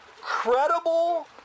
credible